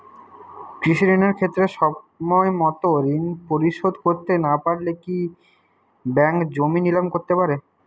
কৃষিঋণের ক্ষেত্রে সময়মত ঋণ পরিশোধ করতে না পারলে কি ব্যাঙ্ক জমি নিলাম করতে পারে?